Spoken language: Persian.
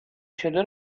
شده